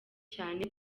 cyane